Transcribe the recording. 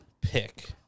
pick